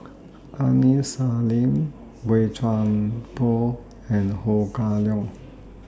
Aini Salim Boey Chuan Poh and Ho Kah Leong